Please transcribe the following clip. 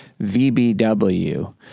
VBW